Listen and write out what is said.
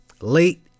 late